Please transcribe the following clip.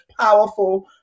powerful